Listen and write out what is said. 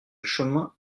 chemin